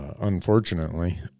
unfortunately